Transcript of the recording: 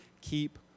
keep